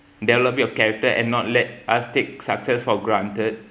develop your character and not let